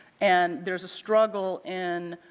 and there is a struggle in